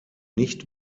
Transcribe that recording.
nicht